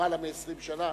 למעלה מ-20 שנה.